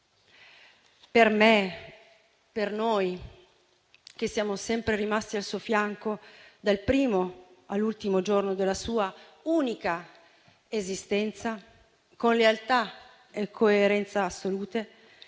Per me, per noi che siamo sempre rimasti al suo fianco dal primo all'ultimo giorno della sua unica esistenza, con lealtà e coerenza assolute,